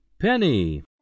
Penny